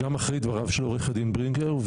גם אחרי דבריו של עו"ד ברינגר.,